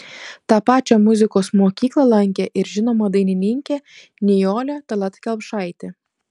tą pačią muzikos mokyklą lankė ir žinoma dainininkė nijolė tallat kelpšaitė